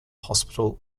hospital